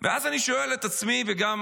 ואז אני שואל את עצמי, וגם